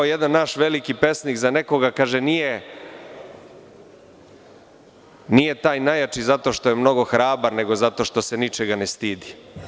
Jedan naš veliki pesnik je rekao za nekoga - nije taj najjači zato što je mnogo hrabar, nego zato što se ničega ne stidi.